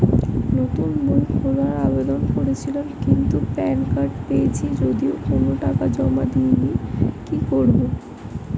নতুন বই খোলার আবেদন করেছিলাম কিন্তু প্যান কার্ড পেয়েছি যদিও কোনো টাকা জমা দিইনি কি করব?